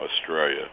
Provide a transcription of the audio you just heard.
Australia